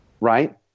Right